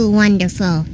wonderful